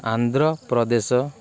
Andhra Pradesh